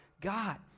God